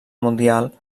mundial